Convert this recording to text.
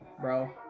bro